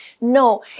No